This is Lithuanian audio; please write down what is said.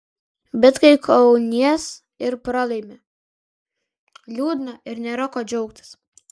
bet kai kaunies ir pralaimi liūdna ir nėra kuo džiaugtis